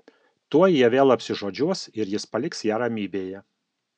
tuoj jie vėl apsižodžiuos ir jis paliks ją ramybėje